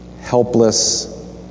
Helpless